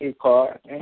Card